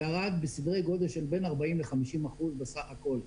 ירד בסדרי גודל של בין 40 ל-50 אחוזים בסך הכול.